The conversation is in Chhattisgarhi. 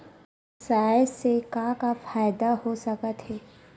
ई व्यवसाय से का का फ़ायदा हो सकत हे?